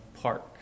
Park